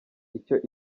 icyo